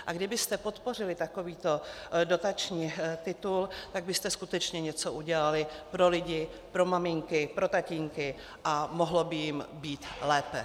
A kdybyste podpořili takovýto dotační titul, tak byste skutečně něco udělali pro lidi, pro maminky, pro tatínky a mohlo by jim být lépe.